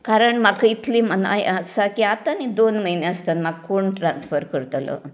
कारण म्हाका इतलें मनांक हे आसा की आता आनी दोन म्हयनें आसतना म्हाका कोण ट्रान्सफर करतलो